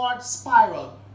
spiral